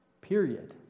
Period